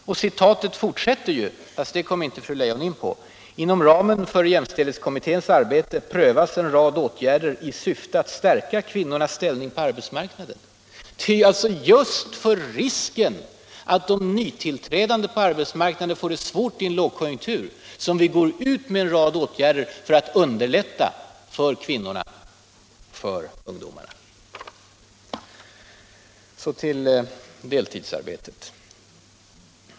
Och citatet fortsätter ju — fast det kom inte fru Leijon in på — med följande: ”Inom ramen för jämställdhetskommitténs arbete prövas en rad åtgärder i syfte att stärka kvinnornas ställning på arbetsmarknaden.” Det är alltså just för risken att de nytillträdande på arbetsmarknaden får det svårt i en lågkonjunktur som vi går ut med en rad politiken Arbetsmarknadspolitiken Så till deltidsarbetet!